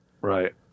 Right